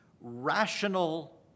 rational